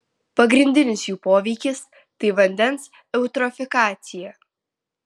pagrindinis jų poveikis tai vandens eutrofikacija